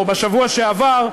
או בשבוע שעבר,